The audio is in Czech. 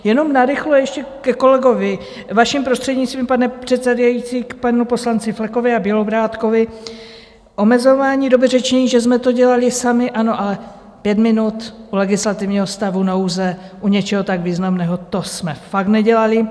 Jenom narychlo ještě ke kolegovi, vaším prostřednictvím, pane předsedající, k panu poslanci Flekovi a Bělobrádkovi, omezování doby řečnění, že jsme to dělali sami: Ano, ale pět minut u legislativního stavu nouze, u něčeho tak významného, to jsme fakt nedělali.